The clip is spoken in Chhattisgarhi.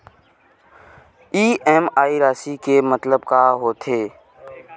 इ.एम.आई राशि के मतलब का होथे?